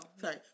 sorry